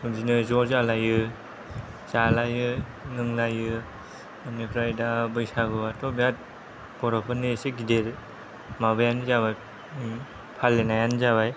इदिनो ज' जायो जालायो लोंलायो इनिफ्राय दा बैसागुआथ' बेराद बर'फोरनि एसे गिदिर माबायानो जाबाय फालिनायानो जाबाय